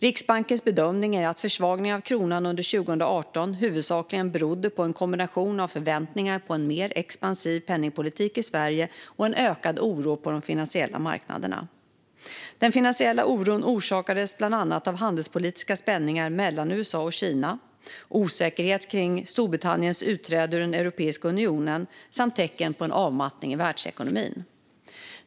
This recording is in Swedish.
Riksbankens bedömning är att försvagningen av kronan under 2018 huvudsakligen berodde på en kombination av förväntningar på en mer expansiv penningpolitik i Sverige och en ökad oro på de finansiella marknaderna. Den finansiella oron orsakades bland annat av handelspolitiska spänningar mellan USA och Kina, osäkerhet kring Storbritanniens utträde ur Europeiska unionen och tecken på en avmattning i världsekonomin.